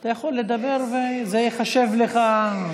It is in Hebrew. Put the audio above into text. אתה יכול לדבר וזה ייחשב לך.